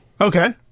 Okay